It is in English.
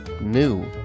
New